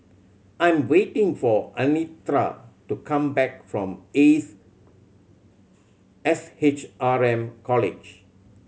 I am waiting for Anitra to come back from Ace S H R M College